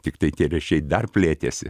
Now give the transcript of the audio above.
tiktai tie ryšiai dar plėtėsi